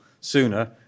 sooner